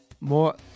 More